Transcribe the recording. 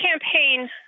campaign